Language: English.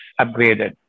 upgraded